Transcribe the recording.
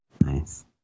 Nice